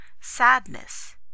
Sadness